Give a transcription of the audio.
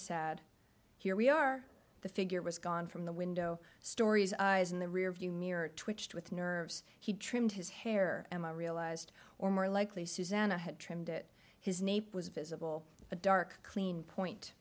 sad here we are the figure was gone from the window stories eyes in the rearview mirror twitched with nerves he trimmed his hair and i realized or more likely susanna had trimmed it his name was visible a dark clean point